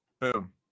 Boom